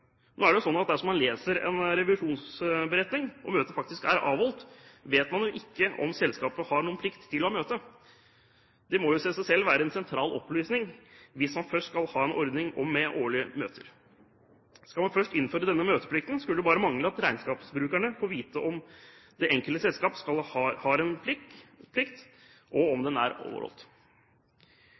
Nå er det jo sånn dersom man leser en revisjonsberetning og møtet faktisk er avholdt, vet man ikke om selskapet har noen plikt til å ha møte. Det må jo i seg selv være en sentral opplysning hvis man først skal ha en ordning med årlige møter. Skal man først innføre denne møteplikten, skulle det bare mangle at regnskapsbrukerne får vite om det enkelte selskap har en slik plikt, og om den er overholdt.